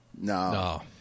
No